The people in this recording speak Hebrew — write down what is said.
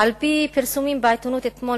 על-פי פרסומים בעיתונות אתמול,